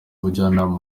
ubujyanama